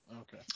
Okay